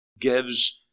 gives